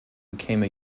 became